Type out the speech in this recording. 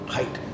Height